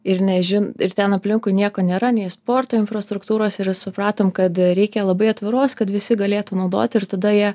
ir nežin ir ten aplinkui nieko nėra nei sporto infrastruktūros ir supratom kad reikia labai atviros kad visi galėtų naudot ir tada jie